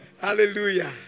Hallelujah